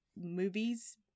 movies